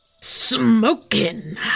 Smoking